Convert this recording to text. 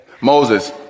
Moses